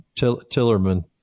Tillerman